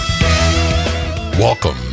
Welcome